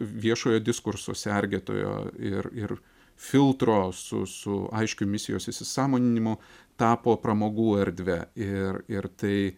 viešojo diskurso sergėtojo ir ir filtro su su aiškiu misijos įsisąmoninimu tapo pramogų erdve ir ir tai